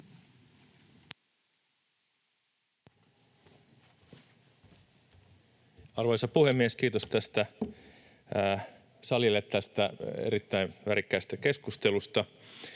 Arvoisa puhemies! Kiitos salille tästä erittäin värikkäästä keskustelusta.